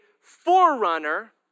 forerunner